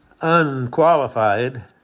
unqualified